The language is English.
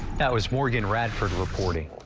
that was morgan radford reporting.